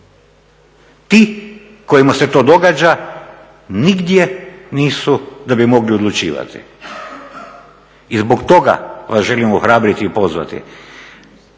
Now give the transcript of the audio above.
Ti kojima se to događa nigdje nisu da bi mogli odlučivati. I zbog toga vas želim ohrabriti i pozvati,